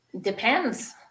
Depends